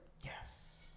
Yes